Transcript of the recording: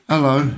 Hello